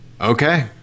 Okay